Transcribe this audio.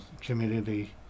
community